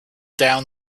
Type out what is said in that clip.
down